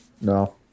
No